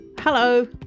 Hello